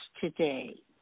today